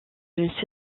une